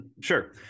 Sure